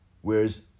Whereas